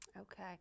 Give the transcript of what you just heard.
okay